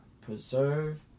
preserve